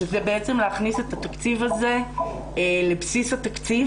וזה בעצם להכניס את התקציב הזה לבסיס התקציב.